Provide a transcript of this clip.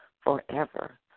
forever